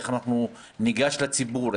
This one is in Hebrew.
איך ניגש לציבור,